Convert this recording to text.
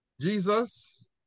Jesus